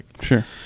Sure